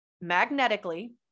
magnetically